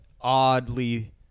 oddly